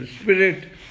spirit